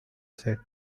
said